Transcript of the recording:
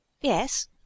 Yes